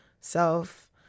self